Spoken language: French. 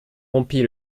rompit